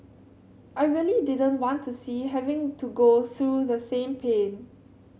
I really didn't want to see having to go through the same pain